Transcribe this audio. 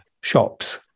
shops